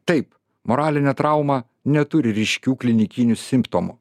taip moralinė trauma neturi ryškių klinikinių simptomų